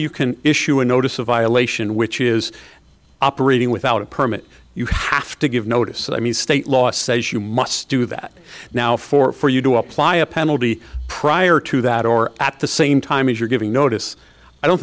you can issue a notice a violation which is operating without a permit you have to give notice that i mean the state law says you must do that now for for you to apply a penalty prior to that or at the same time as you're giving notice i don't